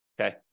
okay